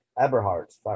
Eberhardt